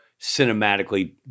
cinematically